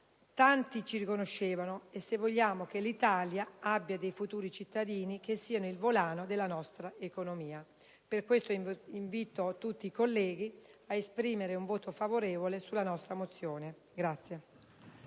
tanti ci riconoscevano e se vogliamo che l'Italia abbia dei futuri cittadini che siano il volano della nostra economia. Per queste ragioni, invito i colleghi a esprimere un voto favorevole alla mozione